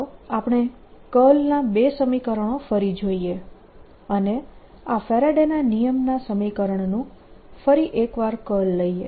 ચાલો આપણે કર્લના બે સમીકરણો ફરી જોઈએ અને આ ફેરાડેના નિયમના સમીકરણનું ફરી એક વાર કર્લ લઈએ